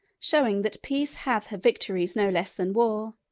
showing that peace hath her victories no less than war,